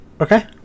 Okay